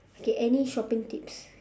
okay any shopping tips